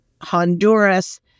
Honduras